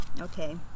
Okay